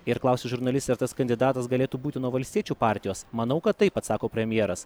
ir klausė žurnalistė ar tas kandidatas galėtų būti nuo valstiečių partijos manau kad taip atsako premjeras